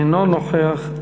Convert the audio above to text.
אינו נוכח,